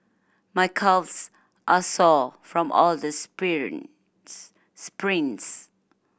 my calves are sore from all the sprints